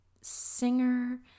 singer